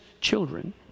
children